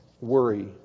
worry